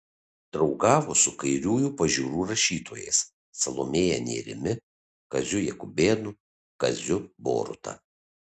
draugavo su kairiųjų pažiūrų rašytojais salomėja nėrimi kaziu jakubėnu kaziu boruta